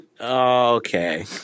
okay